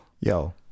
Yo